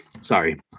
sorry